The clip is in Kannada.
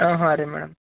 ಹಾಂ ಹಾಂ ರೀ ಮೇಡಮ್